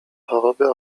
choroby